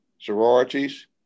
sororities